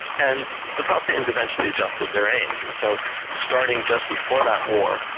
and the palestinians eventually adjusted their aims, and so starting just before that war,